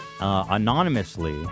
anonymously